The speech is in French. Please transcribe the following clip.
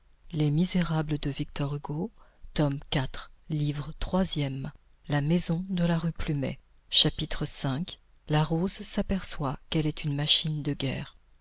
iv changement de grille chapitre v la rose s'aperçoit qu'elle est une machine de guerre